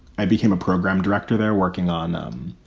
i became a program director there working on them